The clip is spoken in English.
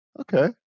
okay